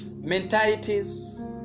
mentalities